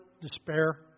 despair